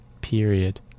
period